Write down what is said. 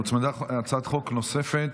הוצמדה הצעת חוק נוספת,